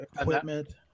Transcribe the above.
equipment